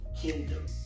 kingdom